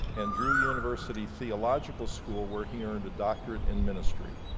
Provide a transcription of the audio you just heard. and drew university theological school where he earned a doctorate in ministry,